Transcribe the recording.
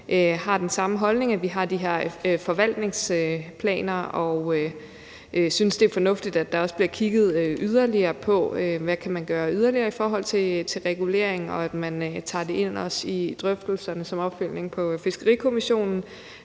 har den samme holdning, altså at vi har de her forvaltningsplaner, og vi synes, det er fornuftigt, at der også bliver kigget yderligere på, hvad man yderligere kan gøre i forhold til regulering, og at man også tager det med ind til drøftelserne som opfølgning på Fiskerikommissionen.